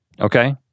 Okay